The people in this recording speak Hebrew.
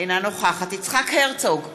אינה נוכחת יצחק הרצוג,